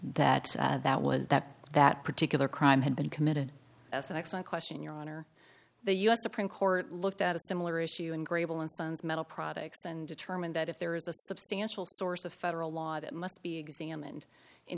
that that was that that particular crime had been committed that's an excellent question your honor the u s supreme court looked at a similar issue in grable and sons metal products and determined that if there is a substantial source of federal law that must be examined in